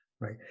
Right